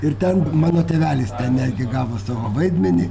ir ten mano tėvelis ten netgi gavo savo vaidmenį